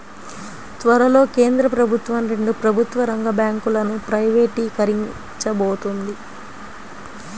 త్వరలో కేంద్ర ప్రభుత్వం రెండు ప్రభుత్వ రంగ బ్యాంకులను ప్రైవేటీకరించబోతోంది